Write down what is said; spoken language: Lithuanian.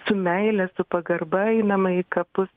su meile su pagarba einama į kapus